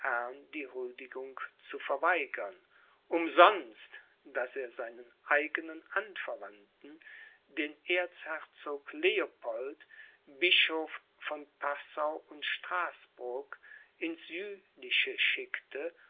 die huldigung zu verweigern umsonst daß er seinen eignen anverwandten den erzherzog leopold bischof von passau und straßburg ins jülichische schickte